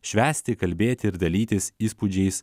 švęsti kalbėti ir dalytis įspūdžiais